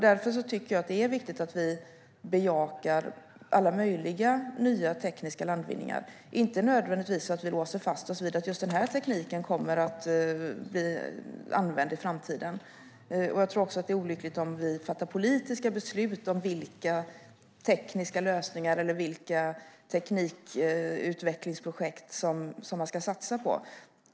Därför tycker jag att det är viktigt att vi bejakar alla möjliga nya tekniska landvinningar och inte låser oss vid att just den här tekniken kommer att användas i framtiden. Jag tror också att det är olyckligt om vi fattar politiska beslut om vilka tekniska lösningar eller teknikutvecklingsprojekt som man ska satsa på.